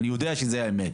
אני יודע שזאת האמת.